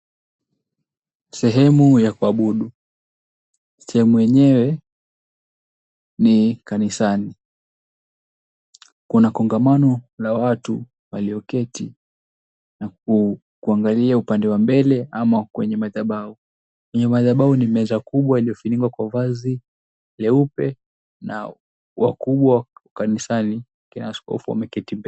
Sehemu ya kuabudu. Sehemu yenyewe ni kanisani. Kuna kongamano la watu walioketi na kuangalia upande wa mbele ama kwenye madhabahu. Kwenye madhabahu ni meza kubwa, lililofunikwa kwa vazi leupe na wakubwa kanisani akina askofu wameketi mbele.